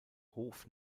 hof